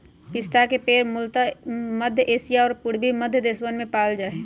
पिस्ता के पेड़ मूलतः मध्य एशिया और पूर्वी मध्य देशवन में पावल जा हई